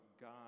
God